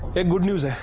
a good news. ah